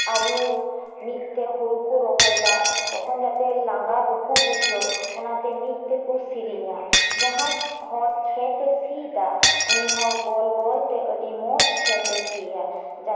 ᱟᱭᱩ ᱢᱤᱜ ᱛᱮ ᱦᱩᱲᱩ ᱠᱚ ᱨᱚᱦᱚᱭ ᱫᱟ ᱛᱚᱠᱷᱚᱱ ᱡᱟᱛᱮ ᱞᱟᱸᱜᱟ ᱵᱟᱠᱚ ᱵᱩᱡᱷᱟᱹᱣ ᱚᱱᱟᱛᱮ ᱢᱤᱜ ᱛᱮᱠᱚ ᱥᱮᱨᱮᱧᱟ ᱡᱟᱦᱟᱸᱭ ᱦᱚᱲ ᱠᱷᱮᱛ ᱮ ᱥᱤᱭ ᱫᱟ ᱩᱱᱤ ᱦᱚᱲ ᱜᱚᱞ ᱜᱚᱞ ᱛᱮ ᱟᱰᱤ ᱢᱚᱸᱡᱽ ᱠᱷᱮᱛ ᱮ ᱥᱤᱭᱟ ᱡᱟᱛᱮ ᱩᱝᱠᱩ ᱞᱟᱸᱜᱟ ᱵᱟᱠᱚ ᱵᱩᱡᱷᱟᱹᱣ ᱢᱤᱜ ᱨᱚᱠᱚᱢ ᱠᱟᱢᱤ ᱵᱟᱝ ᱦᱩᱭᱩᱜ ᱛᱟᱠᱚ